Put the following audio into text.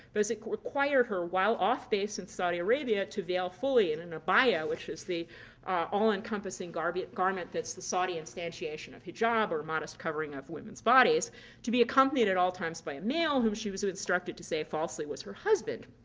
it required her while off base in saudi arabia to veil fully in an abaya, which is the all-encompassing garment garment that's the saudi instantiation of hijab or a modest covering of women's bodies to be accompanied at all times by a male, whom she was instructed to say falsely was her husband.